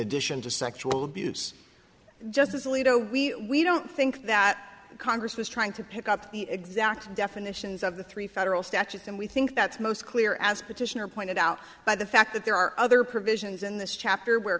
addition to sexual abuse justice alito we don't think that congress was trying to pick up the exact definitions of the three federal statutes and we think that's most clear as petitioner pointed out by the fact that there are other provisions in this chapter where